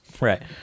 Right